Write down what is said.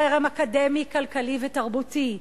לחרם אקדמי, כלכלי ותרבותי,